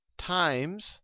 times